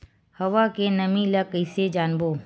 हवा के नमी ल कइसे जानबो?